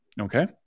Okay